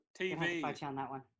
TV